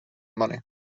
money